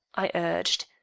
i urged.